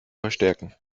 verstärken